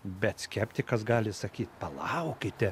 bet skeptikas gali sakyt palaukite